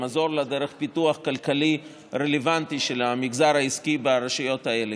אלא המזור לה הוא דרך פיתוח כלכלי רלוונטי של המגזר העסקי ברשויות האלה,